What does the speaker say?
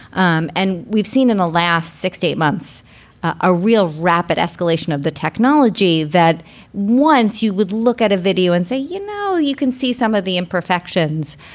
um and we've seen in the last six or eight months a real rapid escalation of the technology that once you would look at a video and say, you know, you can see some of the imperfections,